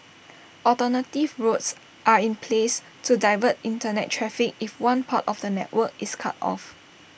alternative routes are in place to divert Internet traffic if one part of the network is cut off